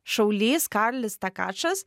šaulys karlis takačas